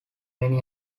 many